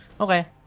Okay